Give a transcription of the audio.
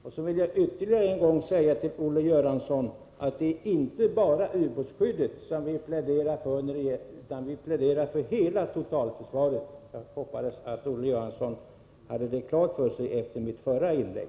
Sedan vill jag ytterligare en gång säga till Olle Göransson att det är inte bara utbåtsskyddet som vi pläderar för, utan vi pläderar för hela totalförsva ret. Jag hoppades att Olle Göransson hade det klart för sig efter mitt förra inlägg.